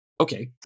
okay